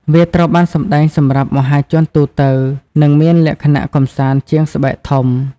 វាត្រូវបានសម្តែងសម្រាប់ មហាជនទូទៅ និងមានលក្ខណៈ កម្សាន្ត ជាងស្បែកធំ។